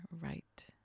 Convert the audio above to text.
right